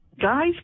guys